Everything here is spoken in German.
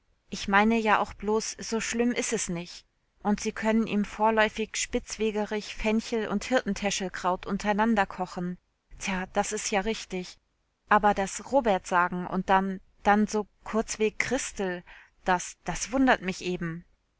ich meine ja auch bloß so schlimm is es nich und sie können ihm vorläufig spitzwegerich fenchel und hirtentäschelkraut untereinanderkochen tja das is ja richtig aber das robert sagen und dann dann so kurzweg christel das das wundert mich eben